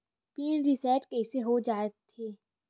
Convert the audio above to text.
Pin reset कइसे हो जाथे?